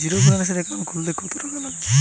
জিরোব্যেলেন্সের একাউন্ট খুলতে কত টাকা লাগবে?